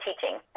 teaching